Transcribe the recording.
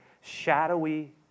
shadowy